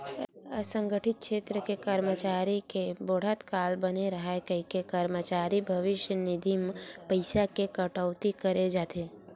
असंगठित छेत्र के करमचारी के बुड़हत काल बने राहय कहिके करमचारी भविस्य निधि म पइसा के कटउती करे जाथे